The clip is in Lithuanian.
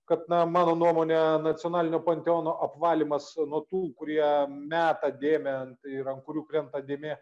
kad na mano nuomone nacionalinio panteono apvalymas nuo tų kurie meta dėmę ir ant kurių krenta dėmė